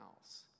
house